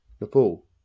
Nepal